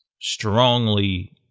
strongly